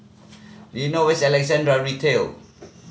do you know where is Alexandra Retail